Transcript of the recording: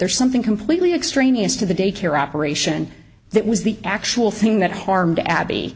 there's something completely extraneous to the daycare operation that was the actual thing that harmed abby